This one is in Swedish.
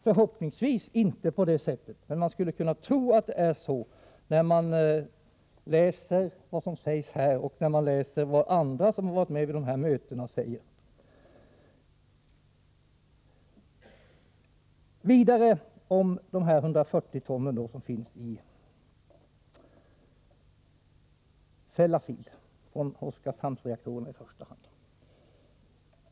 Förhoppningsvis är det inte så, men man skulle kunna tro att det är på det sättet när man läser vad som här sägs och när man läser vad andra som varit med vid dessa möten säger. Så några ord om dessa 140 ton, från i första hand Oskarshamnsreaktorerna, som nu finns i Sellafield.